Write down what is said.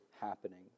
happening